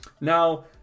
Now